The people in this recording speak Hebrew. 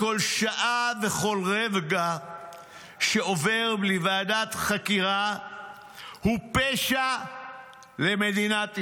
כל שעה וכל רגע שעובר בלי ועדת חקירה הוא פשע למדינת ישראל".